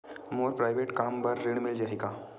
मोर private कम बर ऋण मिल जाही का?